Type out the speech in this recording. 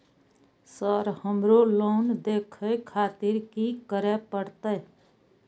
Sir हमरो loan देखें खातिर की करें परतें?